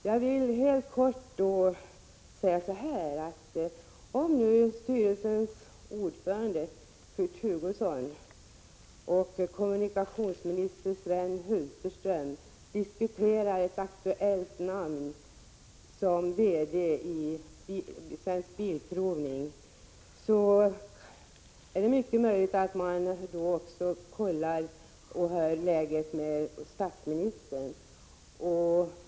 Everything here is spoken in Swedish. Jag vill helt kortfattat säga att om styrelsens ordförande Kurt Hugosson och kommunikationsminister Sven Hulterström diskuterar ett aktuellt namn som VD i AB Svensk Bilprovning, är det mycket möjligt att man också tar kontakt med statsministern.